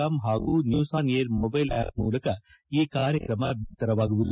com ಹಾಗೂ news on AIR mobile app ಮೂಲಕ ಈ ಕಾರ್ಯಕ್ರಮ ಬಿತ್ತರಗೊಳ್ಳಲಿದೆ